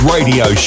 Radio